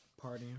Partying